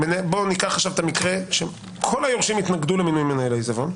בוא ניקח את המקרה שבו כל היורשים התנגדו למינוי של מנהל העיזבון,